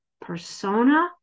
persona